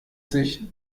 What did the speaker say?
sich